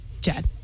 Jed